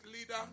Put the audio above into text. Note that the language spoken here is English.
leader